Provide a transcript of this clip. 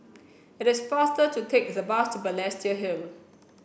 it is faster to take the bus to Balestier Hill